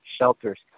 shelters